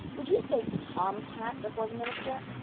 would you say tomcat before the minister?